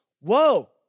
Whoa